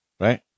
Right